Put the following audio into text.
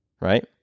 right